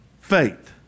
Faith